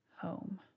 home